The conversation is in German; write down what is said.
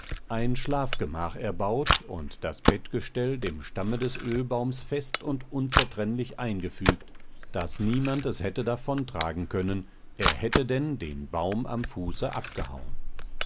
ein schlafgemach erbaut und das bettgestell dem stamme des ölbaums fest und unzertrennlich eingefügt daß niemand es hätte davontragen können er hätte denn den baum am fuße abgehauen